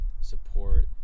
support